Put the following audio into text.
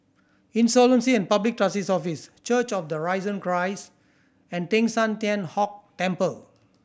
Insolvency and Public Trustee's Office Church of the Risen Christ and Teng San Tian Hock Temple